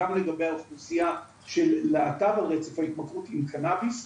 גם לגבי אוכלוסיה של להט"ב על רצף ההתמכרות עם קנביס,